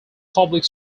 public